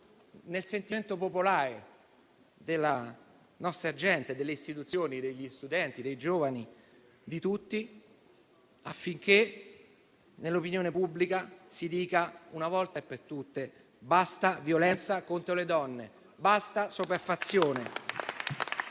nel sentimento popolare della nostra gente, delle istituzioni, degli studenti, dei giovani, di tutti affinché nell'opinione pubblica si dica una volta per tutte basta violenza contro le donne, basta sopraffazione.